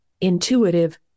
intuitive